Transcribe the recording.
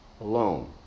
alone